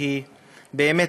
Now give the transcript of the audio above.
שהיא באמת,